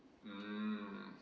mm